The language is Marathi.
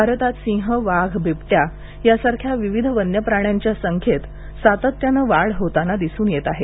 भारतात सिंह वाघ बिबटया यांसारख्या विविध वन्यप्राण्यांच्या संख्येत सातत्याने वाढ होताना दिसून येत आहे